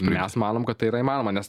mes manom kad tai yra įmanoma nes